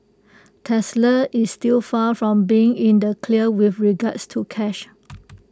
Tesla is still far from being in the clear with regards to cash